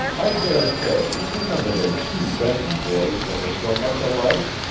i dare say you remember those two benton boys that were so much alike?